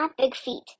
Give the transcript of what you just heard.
Bigfeet